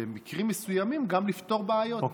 במקרים מסוימים גם לפתור בעיות, בסדר?